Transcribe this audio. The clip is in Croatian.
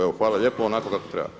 Evo hvala lijepo, onako kako treba.